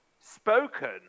spoken